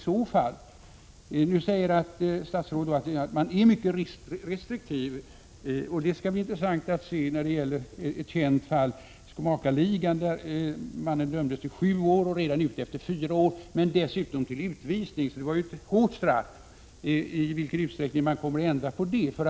Statsrådet säger att regeringen är mycket restriktiv. Det skall bli intressant att se om det är så när det gäller ett känt fall, den s.k. skomakarligan, där mannen dömdes till sju år och redan är ute efter fyra år. Han dömdes dessutom till utvisning, så det var ett hårt straff. Det skall bli intressant att se i vilken utsträckning regeringen kommer att ändra här.